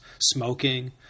smoking